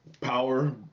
power